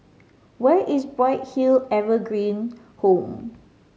where is Bright Hill Evergreen Home